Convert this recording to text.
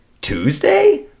Tuesday